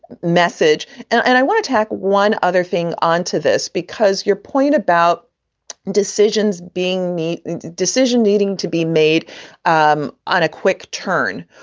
message and i want to tack one other thing onto this, because your point about decisions being made, decision needing to be made um on a quick turn.